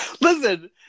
Listen